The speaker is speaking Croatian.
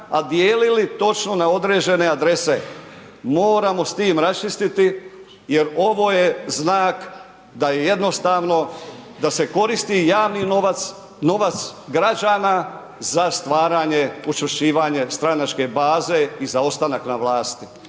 a dijelili točno na određene adrese. Moramo s tim raščistiti jer ovo je znak da je jednostavno, da se koristi javni novac, novac građana za stvaranje, učvršćivanje stranačke baze i za ostanak na vlasti,